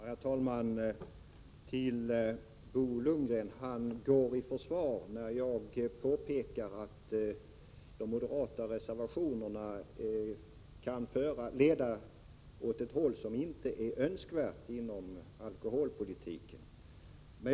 Herr talman! Bo Lundgren går i försvar när jag påpekar att de moderata reservationerna kan leda åt ett håll som inte är önskvärt inom alkoholpolitiken.